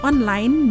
Online